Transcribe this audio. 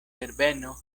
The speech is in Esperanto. herbeno